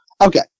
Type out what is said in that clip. Okay